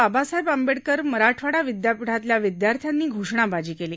बाबासाहेब आंबेडकर मराठवाडा विदयापीठातल्या विदयार्थ्यानी घोषणाबाजी केली